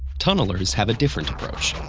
tunnelers have a different approach.